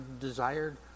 desired